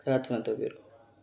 ꯈꯔ ꯊꯨꯅ ꯇꯧꯕꯤꯔꯛꯑꯣ